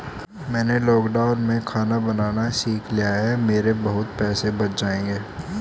मैंने लॉकडाउन में खाना बनाना सीख लिया है, मेरे बहुत पैसे बच जाएंगे